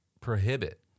prohibit